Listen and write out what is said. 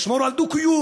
לשמור על דו-קיום,